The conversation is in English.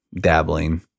dabbling